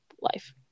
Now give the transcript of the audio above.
life